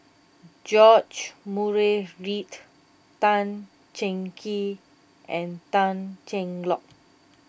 George Murray Reith Tan Cheng Kee and Tan Cheng Lock